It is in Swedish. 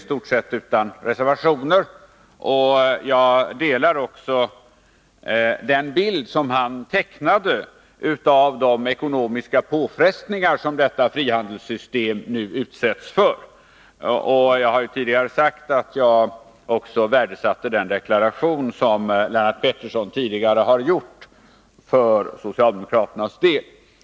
Jag tycker också att den bild som han tecknade av de ekonomiska påfrestningar som detta frihandelssystem nu utsätts för är riktig. Som jag förut har sagt värdesatte jag också den deklaration som Lennart Pettersson tidigare har gjort för socialdemokraternas del.